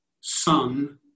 son